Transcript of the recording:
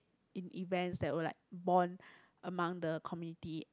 in events that we will like bond among the community